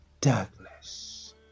darkness